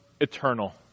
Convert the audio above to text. eternal